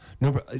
No